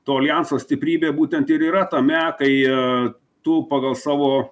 to aljanso stiprybė būtent ir yra tame tai tu pagal savo